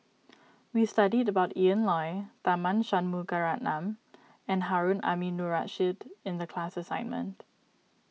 we studied about Ian Loy Tharman Shanmugaratnam and Harun Aminurrashid in the class assignment